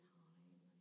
time